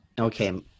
okay